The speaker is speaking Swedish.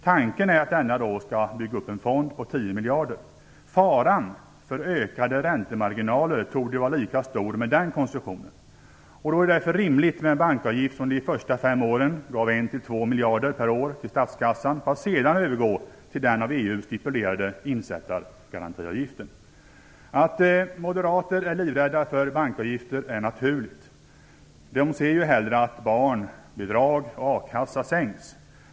Tanken är att det skall byggas upp en fond på 10 miljarder. Faran för ökade räntemarginaler torde vara lika stor med den konstruktionen. Det är därför rimligt med en bankavgift som de första fem åren ger 1 till 2 miljarder per år till statskassan, för att sedan övergå till den av EU stipulerade insättargarantiavgiften. Att moderater är livrädda för bankavgifter är naturligt. De ser hellre att barnbidrag och a-kassa sänks.